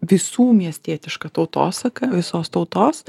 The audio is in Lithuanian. visų miestietiška tautosaka visos tautos